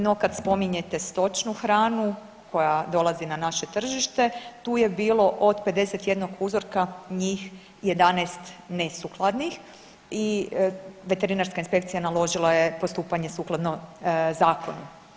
No kad spominjete stočnu hranu koja dolazi na naše tržište tu je bilo od 51 uzorka njih 11 nesukladnih i veterinarska inspekcija naložila je postupanje sukladno zakonu.